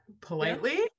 politely